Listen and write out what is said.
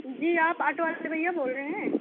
جی آپ آٹو والے بھیا بول رہے ہیں